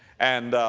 and,